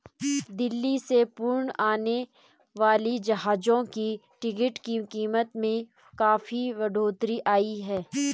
दिल्ली से पुणे आने वाली जहाजों की टिकट की कीमत में काफी बढ़ोतरी आई है